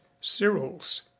Cyril's